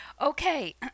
Okay